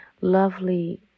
lovely